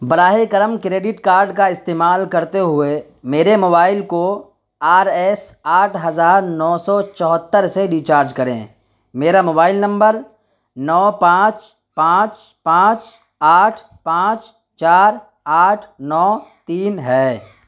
براہ کرم credit card کا استعمال کرتے ہوئے میرے موبائل کو آر ایس آٹھ ہزار نو سو چوہتر سے ریچارج کریں میرا موبائل نمبر نو پانچ پانچ پانچ آٹھ پانچ چار آٹھ نو تین ہے